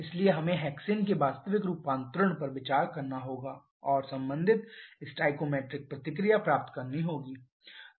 इसलिए हमें हेक्सेन के वास्तविक रूपांतरण पर विचार करना होगा और संबंधित स्टोइकोमेट्रिक प्रतिक्रिया प्राप्त करनी होगी